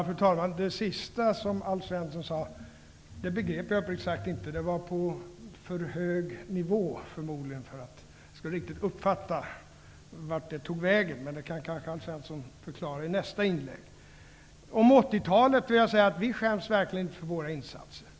Fru talman! Det sista som Alf Svensson sade begrep jag uppriktigt sagt inte. Det var förmodligen på för hög nivå för att jag riktigt skulle uppfatta vart det tog vägen. Det kanske Alf Svensson kan förklara i nästa inlägg. Om 1980-talet vill jag säga att vi verkligen inte skäms för våra insatser.